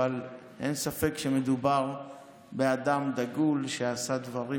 אבל אין ספק שמדובר באדם דגול שעשה דברים